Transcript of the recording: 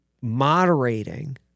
moderating